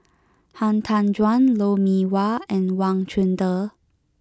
Han Tan Juan Lou Mee Wah and Wang Chunde